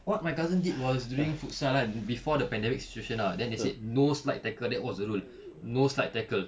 what my cousin did was during futsal kan before the pandemic situation ah then they said no slide tackle that was the rule no slide tackle